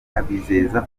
abizeza